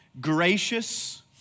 gracious